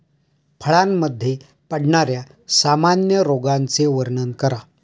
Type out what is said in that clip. फळांमध्ये पडणाऱ्या सामान्य रोगांचे वर्णन करा